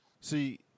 See